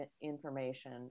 information